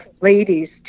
ladies